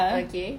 okay